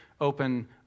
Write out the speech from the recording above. open